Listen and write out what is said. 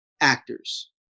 actors